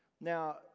now